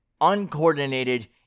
uncoordinated